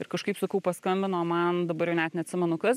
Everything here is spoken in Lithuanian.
ir kažkaip sakau paskambino man dabar jau net neatsimenu kas